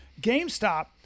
GameStop